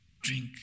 drink